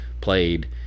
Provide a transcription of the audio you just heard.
played